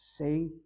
say